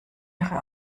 ihre